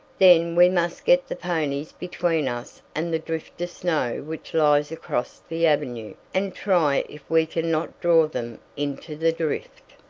then we must get the ponies between us and the drift of snow which lies across the avenue, and try if we can not draw them into the drift.